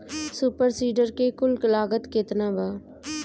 Super seeder के कुल लागत केतना बा?